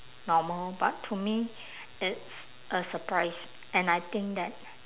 normal but to me it's a surprise and I think that